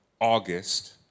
August